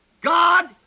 God